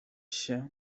się